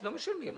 לא משלמים.